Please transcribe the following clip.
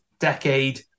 decade